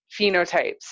phenotypes